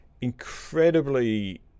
incredibly